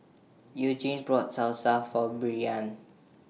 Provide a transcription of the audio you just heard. Eugene brought Salsa For Brianna